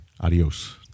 adios